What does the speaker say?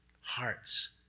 hearts